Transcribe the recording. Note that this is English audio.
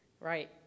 Right